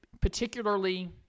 particularly